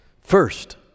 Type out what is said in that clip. First